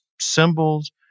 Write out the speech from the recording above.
symbols